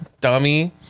Dummy